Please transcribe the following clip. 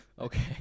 Okay